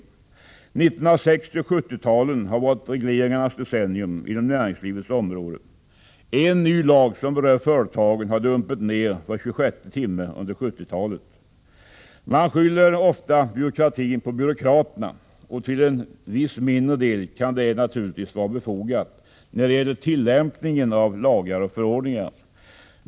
1960 och 1970-talen har varit regleringarnas decennium inom näringslivets område. En ny lag som berör företagen har dumpit ner var tjugosjätte timme under 1970-talet. Man skyller ofta byråkratin på byråkraterna, och till en viss mindre del kan detta naturligtvis vara befogat när det gäller tillämpningen av lagar och förordningar.